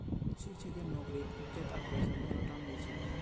शिक्षकेर नौकरीत इज्जत आर पैसा दोनोटा मिल छेक